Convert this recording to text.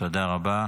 תודה רבה.